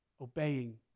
obeying